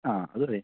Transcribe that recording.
ആ